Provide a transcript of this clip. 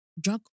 drug